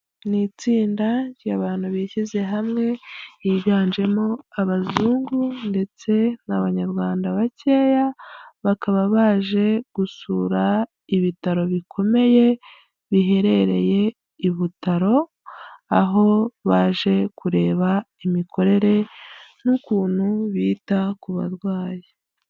Ni itsinda ry'abantu bishyize hamwe higanjemo abazungu ndetse n'abanyarwanda bakeya bakaba baje gusura ibitaro bikomeye biherereye i Butaro, aho baje kureba imikorere n'ukuntu bita ku barwayi.